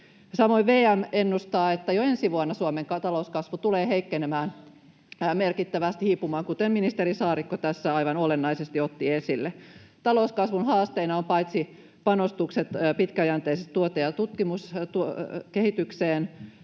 Samoin VM ennustaa, että jo ensi vuonna Suomen talouskasvu tulee heikkenemään, merkittävästi hiipumaan, kuten ministeri Saarikko tässä aivan olennaisesti otti esille. Talouskasvun haasteena ovat paitsi panostukset pitkäjänteiseen tutkimukseen ja tuotekehitykseen